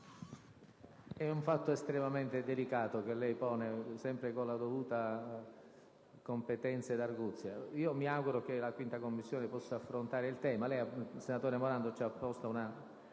È un fatto estremamente delicato quello che lei pone, sempre con la dovuta competenza ed arguzia. Mi auguro che la 5a Commissione possa affrontare il tema. Lei, senatore Morando, ci ha già posto un'ampia